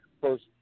first